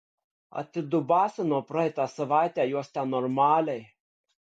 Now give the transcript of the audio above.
atidubasino praeitą savaitę juos ten normaliai